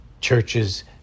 churches